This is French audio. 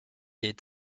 est